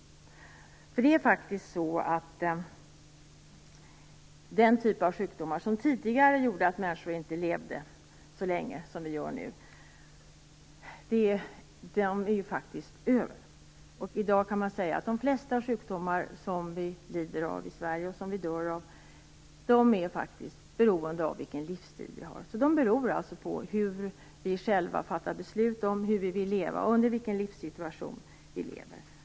Den typ av sjukdomar som tidigare gjorde att människor inte levde så länge som vi gör nu är faktiskt över. I dag beror de flesta sjukdomar som vi lider av och dör av i Sverige på vilken livsstil vi har. De beror alltså på hur vi själva fattar beslut om att vi vill leva, under vilken livssituation vi lever.